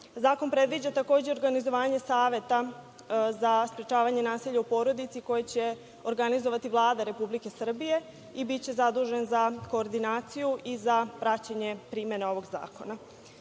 predviđa takođe o organizovanje saveta za sprečavanje nasilja u porodici koji će organizovati Vlada Republike Srbije i biće zadužen za koordinaciju i da praćenje primene ovog zakona. Želimo